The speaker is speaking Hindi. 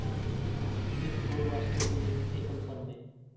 बिग फोर वास्तव में एक एकल फर्म है